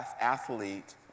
athlete